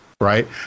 right